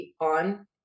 on